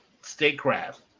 statecraft